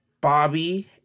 Bobby